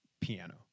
piano